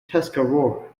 tuscarora